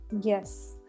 yes